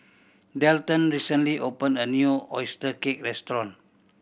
Dalton recently opened a new oyster cake restaurant